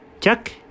Chuck